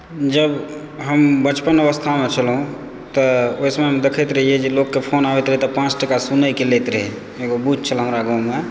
जब हम बचपन अवस्थामे छलहुँ तऽ ओहि समयमे देखैत रहियै जे लोककेँ फोन आबैत रहै तऽ पाञ्च टाका सुनयकेँ लैत रहै एगो बूथ छलै हमरा गाममे